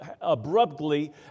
abruptly